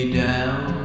down